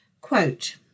Quote